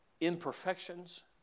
imperfections